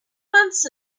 months